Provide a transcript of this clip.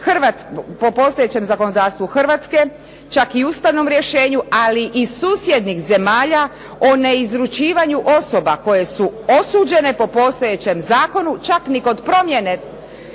po postojećem zakonodavstvu Hrvatske čak i ustavnom rješenju ali i susjednih zemalja o neizručivanju osoba koje su osuđene po postojećem zakonu čak ni kod promjene